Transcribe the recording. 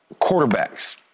quarterbacks